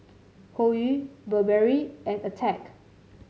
Hoyu Burberry and Attack